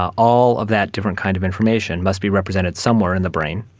ah all of that different kind of information must be represented somewhere in the brain.